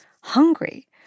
hungry